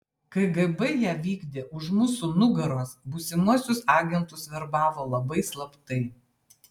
kgb ją vykdė už mūsų nugaros būsimuosius agentus verbavo labai slaptai